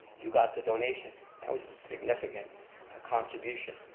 you got the donation. that was a significant contribution.